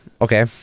Okay